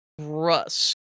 Rust